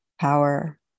power